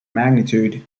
magnitude